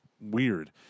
weird